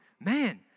man